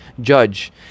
judge